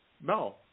no